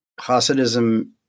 Hasidism